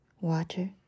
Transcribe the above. water